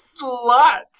slut